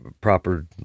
proper